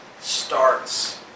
starts